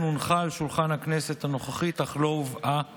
הונחה על שולחן הכנסת הקודמת אך לא הובאה